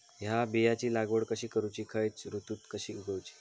हया बियाची लागवड कशी करूची खैयच्य ऋतुत कशी उगउची?